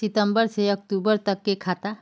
सितम्बर से अक्टूबर तक के खाता?